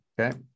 okay